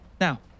Now